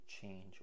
change